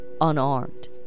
unarmed